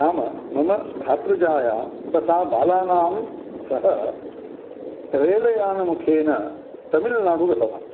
नाम मम भ्रातृजाया तथा बालानां सह रेलयानमुखेन तमिल्नाडु गतवान्